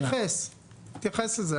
אני אתייחס לזה,